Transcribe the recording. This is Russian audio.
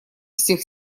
всех